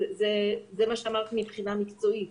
זה מה שאמרתי מבחינה מקצועית.